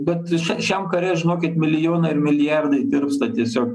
bet šiam kare žinokit milijonai ir milijardai tirpsta tiesiog